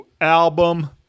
album